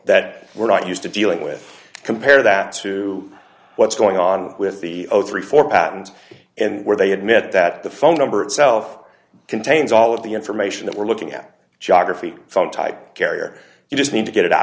that we're not used to dealing with compare that to what's going on with the thirty four patents and where they admit that the phone number itself contains all of the information that we're looking at geography phone type carrier you just need to get it out